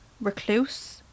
Recluse